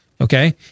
okay